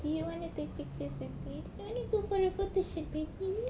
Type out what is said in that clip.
do you want to take pictures with me do you want to go for a photoshoot baby